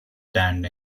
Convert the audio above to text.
stand